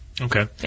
Okay